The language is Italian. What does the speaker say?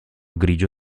grigio